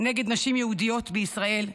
נגד נשים יהודיות בישראל,